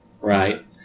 Right